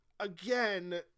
again